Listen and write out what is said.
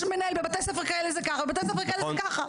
ובבתי ספר זה כאלה ככה ובבתי ספר כאלה זה ככה.